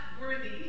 worthy